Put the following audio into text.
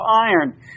iron